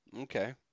Okay